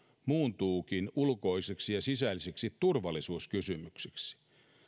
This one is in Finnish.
muuntuukin ulkoiseksi ja sisäiseksi turvallisuuskysymykseksi